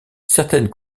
certaines